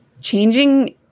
changing